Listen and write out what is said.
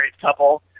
couple